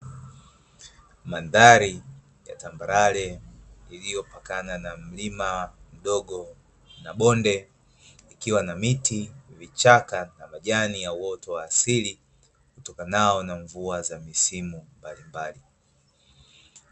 Mandhari ya tambarare iliyopakana na mlima mdogo na bonde likiwa na miti, vichaka na majani ya uoto wa asili utokanao na mvua za misimu mbalimbali.